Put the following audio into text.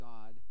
God